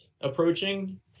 approaching